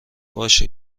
باشه